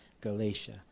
Galatia